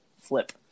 flip